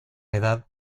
edad